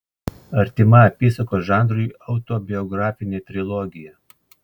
artima apysakos žanrui autobiografinė trilogija